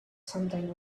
something